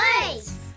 place